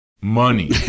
money